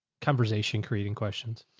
conversation creating questions.